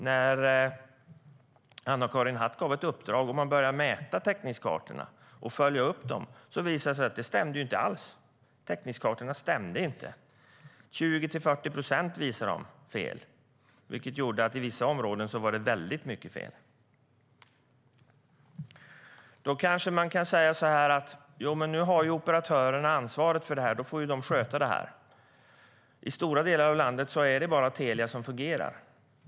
När Anna-Karin Hatt sedan gav ett uppdrag och man började mäta och följa upp täckningskartorna visade det sig att det inte alls stämde - täckningskartorna stämde inte. De visade 20-40 procent fel, vilket innebar att det var väldigt mycket fel i vissa områden. Man kanske kan säga så här: Jo, men nu har ju operatörerna ansvaret för det här, och då får de sköta det. I stora delar av landet är det bara Telia som fungerar.